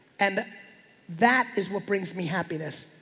and that is what brings me happiness,